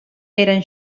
eren